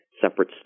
separate